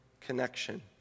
connection